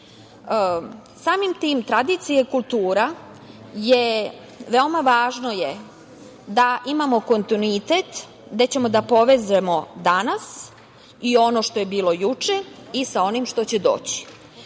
tim, tradicija i kultura je, veoma važno je da imamo kontinuitet gde ćemo da povezujemo danas i ono što je bilo juče i sa onim što će doći.